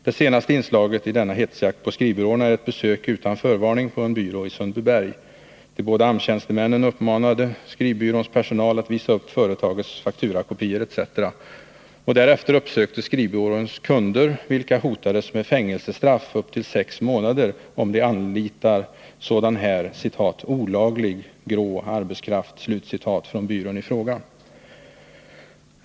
Det senaste inslaget i denna hetsjakt på skrivbyråerna är ett besök från AMS sida utan förvarning på en byrå i Sundbyberg. De båda AMS-tjänstemännen uppmanade skrivbyråns personal att visa upp företagets fakturakopior etc. Därefter uppsöktes skrivbyråns kunder, vilka hotades med fängelsestraff på upp till sex månader om de anlitade sådan här ”olaglig, grå arbetskraft” från byrån i fråga.